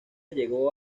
llegó